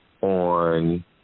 on